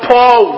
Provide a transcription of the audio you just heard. Paul